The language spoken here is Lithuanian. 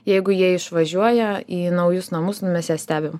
jeigu jie išvažiuoja į naujus namus nu mes juos stebim